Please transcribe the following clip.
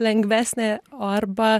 lengvesnė o arba